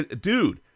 Dude